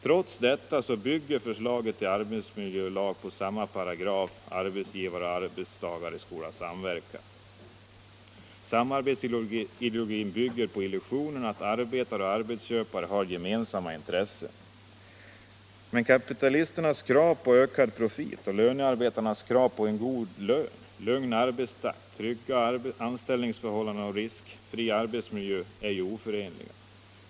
Trots detta bygger förslaget till arbetsmiljölag på samma lagparagraf: ”Arbetsgivare och arbetstagare skola samverka —-—-—" Samarbetsideologin bygger på illusionen att arbetare och arbetsköpare har gemensamma intressen. Men kapitalisternas krav på ökad profit och lönarbetarnas krav på en god lön, lugn och arbetstakt, trygga anställningsförhållanden och riskfri arbetsmiljö är oförenliga.